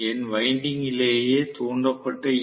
என் வைண்டிங்கிலேயே தூண்டப்பட்ட ஈ